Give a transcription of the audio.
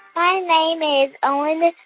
my name is owen.